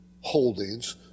holdings